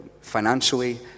financially